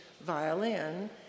violin